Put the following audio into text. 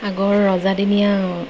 আগৰ ৰজাদিনীয়া